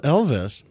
Elvis